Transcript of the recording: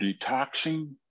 detoxing